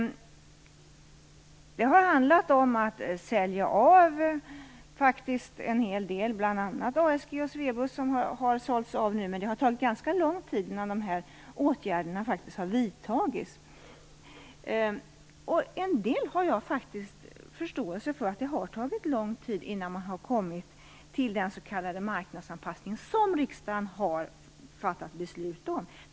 Det har handlat om att faktiskt sälja av en hel del, bl.a. ASG och Swebus. Det har tagit ganska lång tid innan dessa åtgärder har vidtagits. Jag har förståelse för att det har tagit lång tid innan man har kommit till den s.k. marknadsanpassning som riksdagen har fattat beslut om.